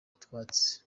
utwatsi